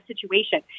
situation